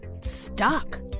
Stuck